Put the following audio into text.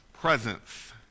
presence